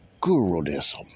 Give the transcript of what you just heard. guruism